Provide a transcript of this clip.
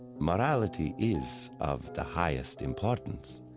morality is of the highest importance,